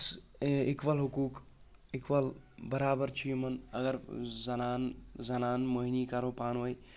equal حقوٗق ایکول برابر چھُ یِمن اگر زنانہٕ زنانہٕ مٔہنی کرو پان وأنۍ